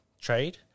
trade